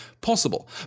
possible